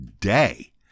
day